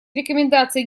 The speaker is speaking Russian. рекомендации